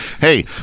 Hey